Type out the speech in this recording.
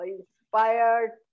Inspired